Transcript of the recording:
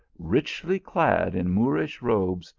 richly clad in moorish robes,